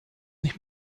nicht